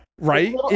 Right